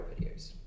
videos